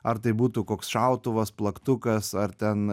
ar tai būtų koks šautuvas plaktukas ar ten